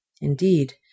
Indeed